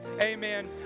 Amen